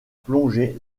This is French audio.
plongée